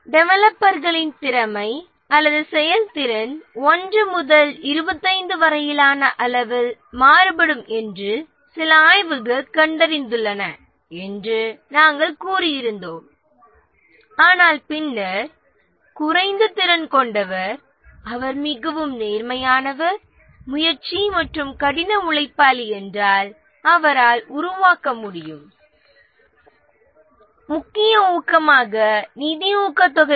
டெவலப்பர்களின் திறமை அல்லது செயல்திறன் 1 முதல் 25 வரையிலான அளவில் மாறுபாடு என்று சில ஆய்வுகள் கண்டறிந்துள்ளன என்று நாம் கூறியிருந்தோம் ஆனால் ஒருவர் குறைந்த திறன் கொண்டவராக இருப்பினும் அவர் மிகவும் நேர்மையானவராகவும் முயற்சி மற்றும் கடின உழைப்பாளி என்றால் அவரால் திறனில் உள்ள இடைவெளியை ஈடுசெய்ய முடியும்